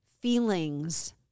feelings